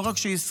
לא רק שישרדו,